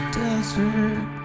desert